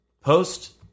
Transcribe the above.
post